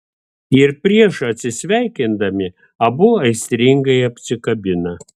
ir prieš atsisveikindami abu aistringai apsikabina